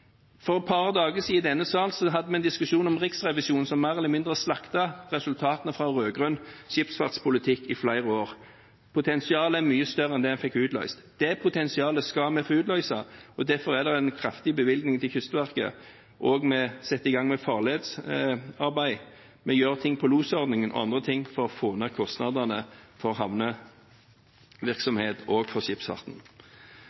For et par dager siden i denne sal hadde vi en diskusjon om Riksrevisjonen, som mer eller mindre slaktet resultatene av rød-grønn skipsfartspolitikk gjennom flere år. Potensialet er mye større enn det en fikk utløst. Det potensialet skal vi få utløst. Derfor er det en kraftig bevilgning til Kystverket. Vi setter i gang med farledsarbeid. Vi gjør noe når det gjelder losordningen osv., for å få ned kostnadene for